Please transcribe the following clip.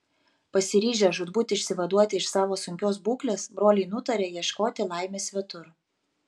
pasiryžę žūtbūt išsivaduoti iš savo sunkios būklės broliai nutarė ieškoti laimės svetur